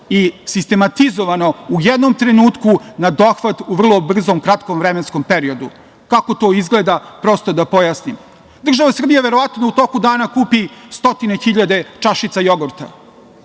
i sistematizovano u jednom trenutku na dohvat u vrlo brzo kratkom vremenskom periodu. Kako to izgleda, prosto da pojasnim. Država Srbija, verovatno u toku dana kupi 100.0000 čašica jogurta